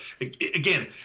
again